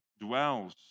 dwells